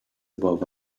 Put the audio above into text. above